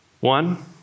One